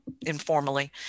informally